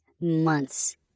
months